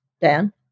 Dan